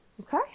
okay